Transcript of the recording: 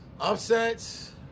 Upsets